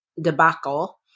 debacle